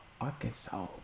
Arkansas